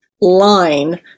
line